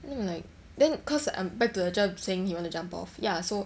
then I'm like then cause I'm back to the cher saying he wants to jump off ya so